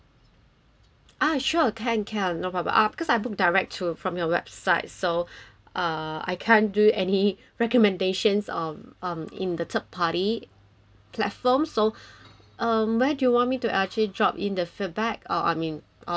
ah sure can can no problem ah because I booked direct to from your website so uh I can't do any recommendations of um in the third party platform so um where do you want me actually drop in the feedback uh I mean uh anywhere